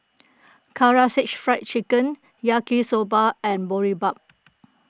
Karaage Fried Chicken Yaki Soba and Boribap